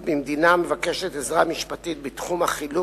ממדינה המבקשת עזרה משפטית בתחום החילוט